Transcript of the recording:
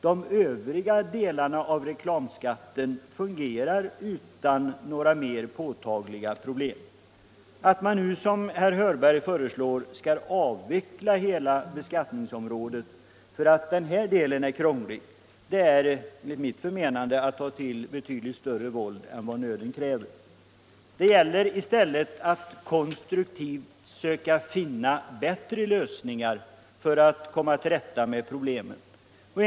Den övriga delen av reklambeskattningen fungerar utan några mer påtagliga problem. Att man nu, som herr Hörberg föreslår, skulle avveckla hela beskattningsområdet för att den förstnämnda delen är krånglig, är enligt mitt förmenande att ta till större våld än vad nöden kräver. Det gäller i stället att konstruktivt söka finna bättre lösningar för att komma till rätta med problemen.